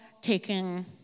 taking